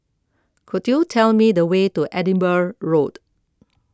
could you tell me the way to Edinburgh Road